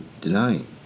denying